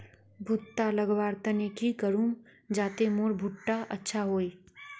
भुट्टा लगवार तने की करूम जाते मोर भुट्टा अच्छा हाई?